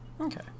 Okay